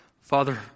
Father